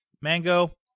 mango